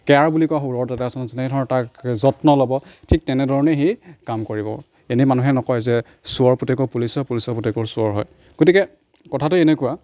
care বুলি কোৱা word এটা আছে নহয় যেনে ধৰক তাক যত্ন ল'ব ঠিক তেনেধৰণে সি কাম কৰিব এনেই মানুহে নকয় যে চোৰৰ পুতেকো পুলিচ হয় পুলিচৰ পুতেকো চোৰ হয় গতিকে কথাটো এনেকুৱা